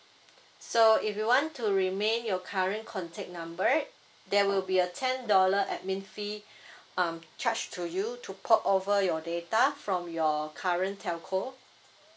so if you want to remain your current contact number there will be a ten dollar admin fee um charge to you to port over your data from your current telco